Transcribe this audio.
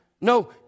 No